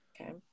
Okay